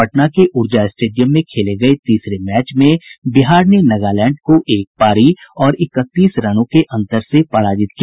पटना के ऊर्जा स्टेडियम में खेले गये तीसरे मैच में बिहार ने नगालैंड को एक पारी और इकतीस रनों के अंतर से पराजित किया